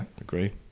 agree